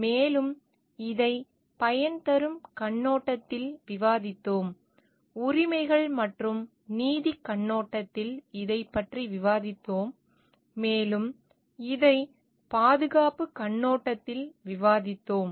மேலும் இதைப் பயன்தரும் கண்ணோட்டத்தில் விவாதித்தோம் உரிமைகள் மற்றும் நீதிக் கண்ணோட்டத்தில் இதைப் பற்றி விவாதித்தோம் மேலும் இதைப் பாதுகாப்புக் கண்ணோட்டத்தில் விவாதித்தோம்